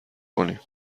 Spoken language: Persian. کنیم